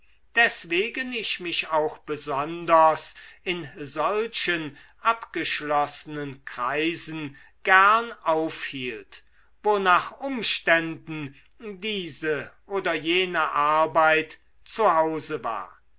deswegen ich mich auch besonders in solchen abgeschlossenen kreisen gern aufhielt wo nach umständen diese oder jene arbeit zu hause war